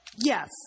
Yes